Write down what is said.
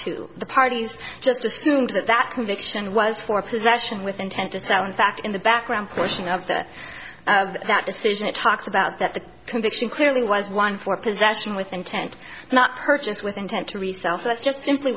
to the parties just assumed that that conviction was for possession with intent to sell in fact in the background portion of the of that decision it talks about that the conviction clearly was one for possession with intent not purchased with intent to resell so that's just simply